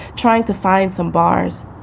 trying to find some bars.